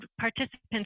participants